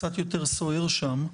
קצת יורת סוער שם,